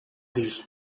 değil